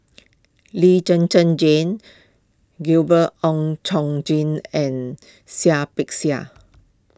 Lee Zhen Zhen Jane Gabriel Oon Chong Jin and Seah Peck Seah